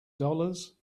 dollars